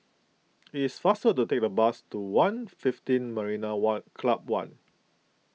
it is faster to take the bus to one'fifteen Marina what Club one